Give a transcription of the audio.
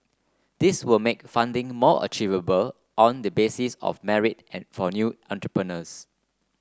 this will make funding more achievable on the basis of merit and for new entrepreneurs